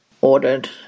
ordered